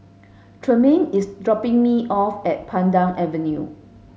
Tremaine is dropping me off at Pandan Avenue